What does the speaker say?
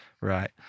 right